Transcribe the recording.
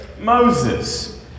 Moses